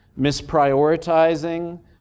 misprioritizing